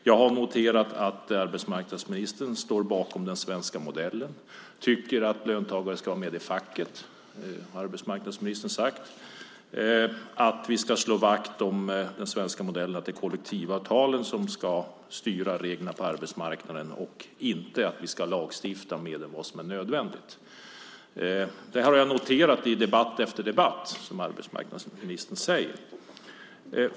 Jag har noterat att arbetsmarknadsministern står bakom den svenska modellen och tycker att löntagare ska vara med i facket - det har han sagt. Han tycker att vi ska slå vakt om den svenska modellen och att det är kollektivavtalen som ska styra reglerna på arbetsmarknaden, inte att vi ska lagstifta mer än vad som är nödvändigt. Jag har noterat i debatt efter debatt att arbetsmarknadsministern säger detta.